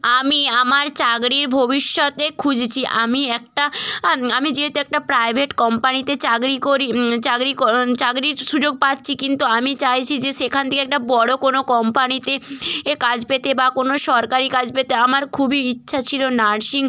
আমি আমার চাকরির ভবিষ্যতে খুঁজেছি আমি একটা আমি যেহেতু একটা প্রাইভেট কম্পানিতে চাকরি করি চাকরির সুযোগ পাচ্ছি কিন্তু আমি চাইছি যে সেখান থকে একটা বড়ো কোনো কম্পানিতে এ কাজ পেতে বা কোনো সরকারি কাজ পেতে আমার খুবই ইচ্ছা ছিলো নার্সিং